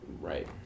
right